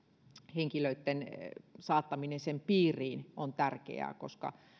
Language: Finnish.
henkilöitten saattaminen sen piiriin on tärkeää koska